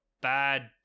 bad